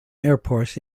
airport